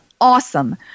awesome